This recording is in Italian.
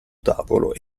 tavolo